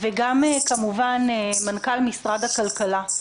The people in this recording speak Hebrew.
וגם כמובן למנכ"ל משרד הכלכלה.